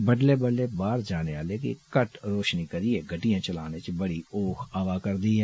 बडुलै बडुलै बाह्र जानें आलें गी घट्ट रोषनी करिये गड्डियां चलाने च बड़ी औख आवै रदी ही